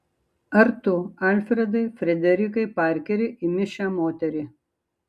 ar tu alfredai frederikai parkeri imi šią moterį